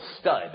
stud